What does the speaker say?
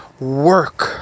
work